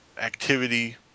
activity